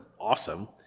awesome